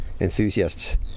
enthusiasts